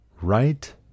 Right